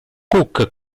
cook